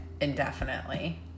indefinitely